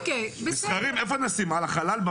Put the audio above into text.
איפה נשים, על החלל?